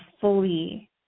fully